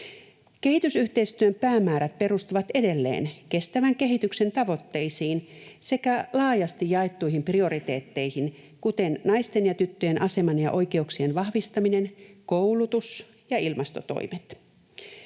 Kehitysyhteistyön päämäärät perustuvat edelleen kestävän kehityksen tavoitteisiin sekä laajasti jaettuihin prioriteetteihin, kuten naisten ja tyttöjen aseman ja oikeuksien vahvistaminen, koulutus ja ilmastotoimet.